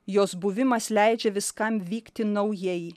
jos buvimas leidžia viskam vykti naujai